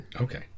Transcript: Okay